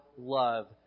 love